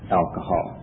alcohol